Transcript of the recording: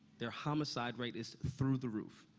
their homicide rate is through the roof.